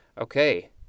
Okay